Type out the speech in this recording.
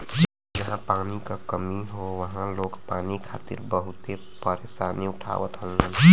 जहां पानी क कमी हौ वहां लोग पानी खातिर बहुते परेशानी उठावत हउवन